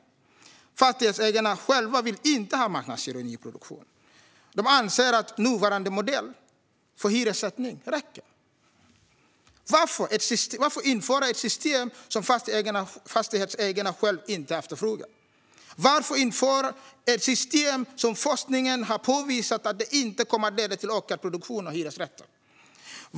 Fastighetsägarna själva vill inte ha marknadshyror i nyproduktion. De anser att nuvarande modell för hyressättning räcker. Varför införa ett system som fastighetsägarna själva inte efterfrågar? Varför införa ett system som forskningen har påvisat inte kommer att leda till ökad produktion av hyresrätter?